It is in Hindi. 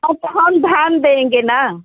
अब हम ध्यान देंगे ना